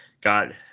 got